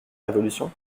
révolution